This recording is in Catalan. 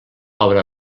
obra